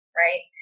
right